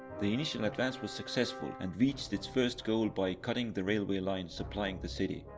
the initial advance was successful and reached its first goal by cutting the railway line supplying the city.